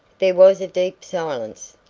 there was a deep silence.